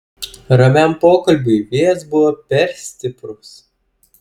ramiam pokalbiui vėjas buvo per stiprus